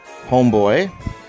Homeboy